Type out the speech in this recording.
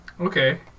Okay